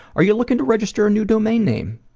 are you looking to register a new domain name?